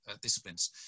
disciplines